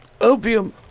Opium